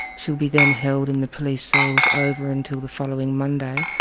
she'll be then held in the police cells over until the following monday,